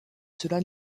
cela